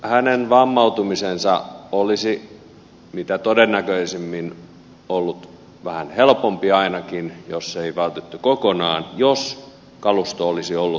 hänen vammautumisensa olisi mitä todennäköisimmin ollut ainakin vähän helpompi jos sitä ei olisi vältetty kokonaan jos kalusto olisi ollut kunnossa